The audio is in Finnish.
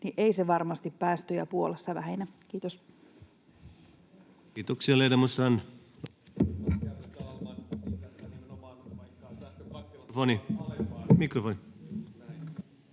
niin ei se varmasti päästöjä Puolassa vähennä. — Kiitos. Kiitoksia.